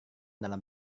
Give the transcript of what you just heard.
dalam